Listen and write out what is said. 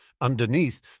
Underneath